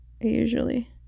usually